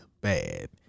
bad